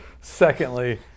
Secondly